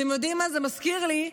אתם יודעים מה זה מזכיר לי?